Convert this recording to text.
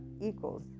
equals